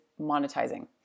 monetizing